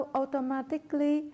automatically